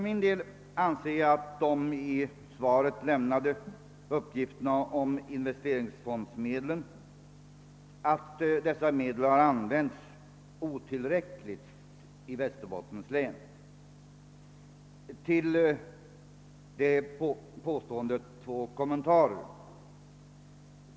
Till de i svaret lämnade uppgifterna om att investeringsfondsmedlen har använts i otillräcklig utsträckning i Västerbottens län vill jag göra två kommentarer.